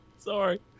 sorry